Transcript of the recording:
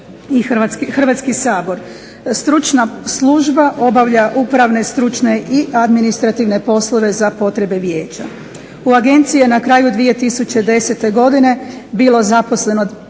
Hrvatski sabor. Stručna služba obavlja upravne, stručne i administrativne poslove za potrebe vijeća. U Agenciji je na kraju 2010. godine bilo zaposleno